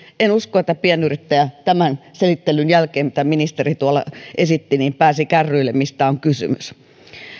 en usko että pienyrittäjä tämän selittelyn jälkeen mitä ministeri tuolla esitti pääsi kärryille mistä on kysymys